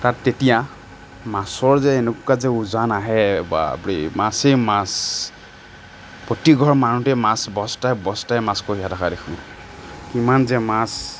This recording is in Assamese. তাত তেতিয়া মাছৰ যে এনেকুৱা যে উজান আহে বাপৰে মাছেই মাছ প্ৰতিঘৰ মানুহতেই মাছ বস্তাই বস্তাই মাছ কঢ়িয়াই থকা দেখোঁ কিমান যে মাছ